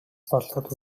болоод